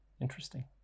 Interesting